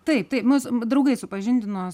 taip taip mus draugai supažindino